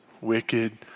wicked